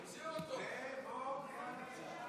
כנסת נכבדה, חבריי חברי הכנסת,